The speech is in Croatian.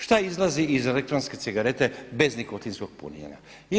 Šta izlazi iz elektronske cigarete bez nikotinskog punjenja?